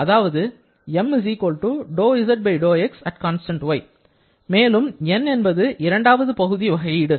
அதாவது மேலும் N இரண்டு பகுதி வகையீடு